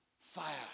fire